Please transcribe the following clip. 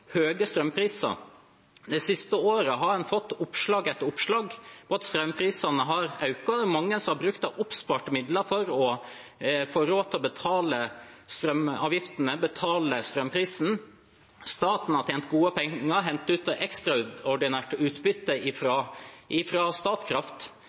strømpriser. De siste årene har en fått oppslag etter oppslag om at strømprisene har økt. Det er mange som har brukt av oppsparte midler for å få råd til å betale strømavgiftene, betale for strømprisen, mens staten har tjent gode penger og hentet ut ekstraordinært utbytte